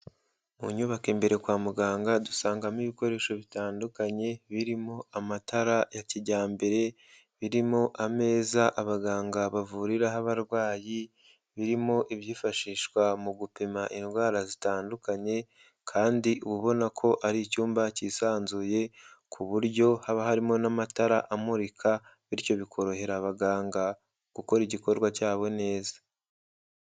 Mu nyubako imbere kwa muganga dusangamo ibikoresho bitandukanye birimo amatara ya kijyambere, birimo ameza abaganga bavuriraho abarwayi, birimo ibyifashishwa mu gupima indwara zitandukanye kandi uba ubona ko ari icyumba cyisanzuye ku buryo haba harimo n'amatara amurika, bityo bikorohera abaganga gukora igikorwa cyabo neza.